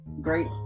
great